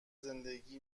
زندگی